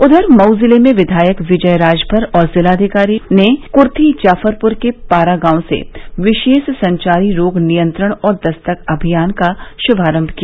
उधर मऊ जिले में विधायक विजय राजभर और जिलाधिकारी ने क्र्थी जाफरपुर के पारा गांव से विशेष संचारी रोग नियंत्रण और दस्तक अभियान का शुभारंभ किया